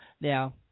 Now